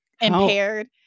impaired